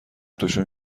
توشون